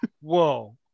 Whoa